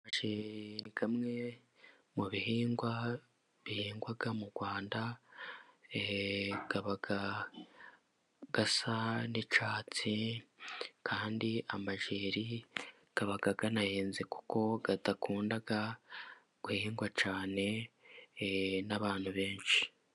Amajeri ni kimwe mu bihingwa bihingwa mu Rwanda aba asa n'icyatsi, kandi amajeri aba anahenze kuko adakunda guhingwa cyane n'abantu benshi.